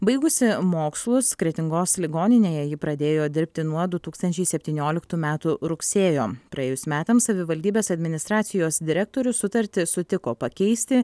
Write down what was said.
baigusi mokslus kretingos ligoninėje ji pradėjo dirbti nuo du tūkstančiai septynioliktų metų rugsėjo praėjus metams savivaldybės administracijos direktorius sutartį sutiko pakeisti